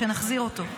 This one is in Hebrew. שנחזיר אותו.